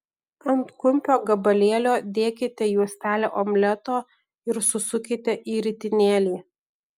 ant kumpio gabalėlio dėkite juostelę omleto ir susukite į ritinėlį